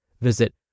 Visit